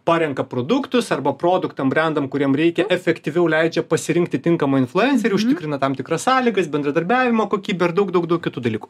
parenka produktus arba produktam brendam kuriem reikia efektyviau leidžia pasirinkti tinkamą influencerį užtikrina tam tikras sąlygas bendradarbiavimo kokybę ir daug daug daug kitų dalykų